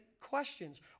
questions